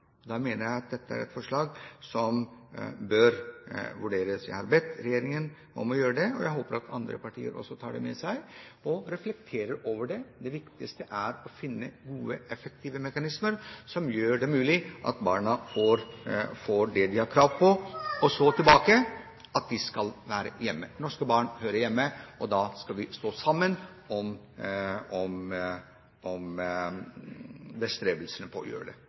Jeg mener at dette er et forslag som bør vurderes. Jeg har bedt regjeringen om å gjøre det, og jeg håper at andre partier også tar det med seg og reflekterer over det. Det viktigste er å finne gode, effektive mekanismer som gjør det mulig for barna å få det de har krav på. Og så tilbake til dette: Norske barn hører hjemme i Norge. Og da skal vi stå sammen om bestrebelsene for det. Jeg vil også begynne med å